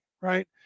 right